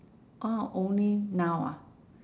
ah only noun ah